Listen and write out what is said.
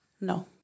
No